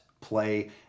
play